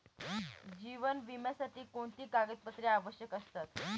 जीवन विम्यासाठी कोणती कागदपत्रे आवश्यक असतात?